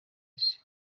isi